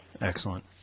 Excellent